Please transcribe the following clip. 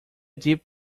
deep